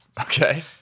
Okay